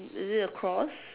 is it a cross